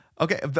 okay